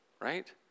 right